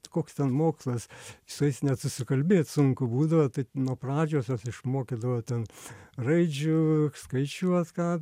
koks ten mokslas su jais net susikalbėt sunku būdavo tai nuo pradžios juos išmokydavo ten raidžių skaičiuot ką